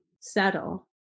settle